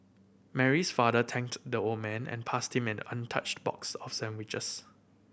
Mary's father thanked the old man and passed him an untouched box of sandwiches